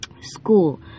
School